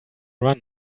run